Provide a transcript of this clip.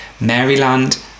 Maryland